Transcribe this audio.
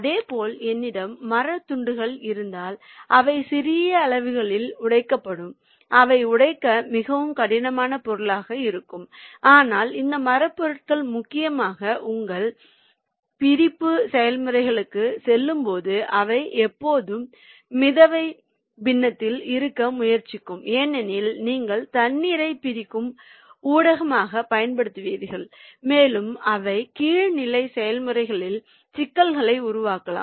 இதேபோல் என்னிடம் மரத் துண்டுகள் இருந்தால் அவை சிறிய அளவுகளில் உடைக்கப்படும் அவை உடைக்க மிகவும் கடினமான பொருளாக இருக்கும் ஆனால் இந்த மரப் பொருட்கள் முக்கியமாக உங்கள் பிரிப்பு செயல்முறைகளுக்குச் செல்லும்போது அவை எப்போதும் மிதவை பின்னத்தில் இருக்க முயற்சிக்கும் ஏனெனில் நீங்கள் தண்ணீரைப் பிரிக்கும் ஊடகமாகப் பயன்படுத்துவீர்கள் மேலும் அவை கீழ்நிலை செயல்முறைகளில் சிக்கல்களை உருவாக்கலாம்